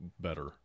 better